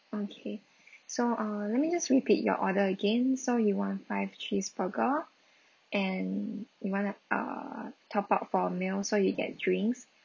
okay so uh let me just repeat your order again so you want five cheeseburger and you want to err top up for a meal so you get drinks